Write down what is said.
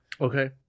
okay